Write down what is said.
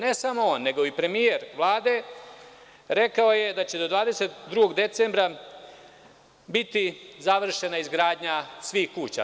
Ne samo on, nego je i premijer Vlade rekao da će do 22. decembra biti završena izgradnja svih kuća.